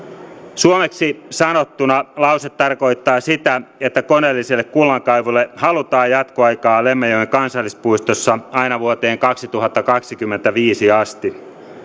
suomeksi sanottuna lause tarkoittaa sitä että koneelliselle kullankaivuulle halutaan jatkoaikaa lemmenjoen kansallispuistossa aina vuoteen kaksituhattakaksikymmentäviisi asti